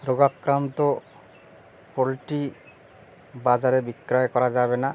রোগাক্রান্ত পোলট্রি বাজারে বিক্রয় করা যাবে না